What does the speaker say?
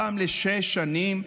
הפעם לשש שנים,